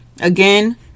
Again